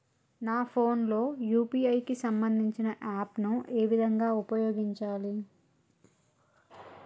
నా ఫోన్ లో యూ.పీ.ఐ కి సంబందించిన యాప్ ను ఏ విధంగా ఉపయోగించాలి?